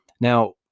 Now